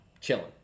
Chilling